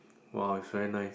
wow it's very nice